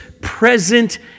present